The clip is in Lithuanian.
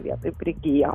vietai prigijo